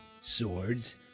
Swords